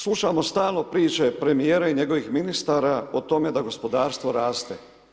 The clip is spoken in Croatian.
Slušamo stalno priče premijera i njegovih ministara o tome da gospodarstvo raste.